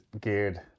geared